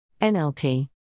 NLT